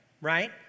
right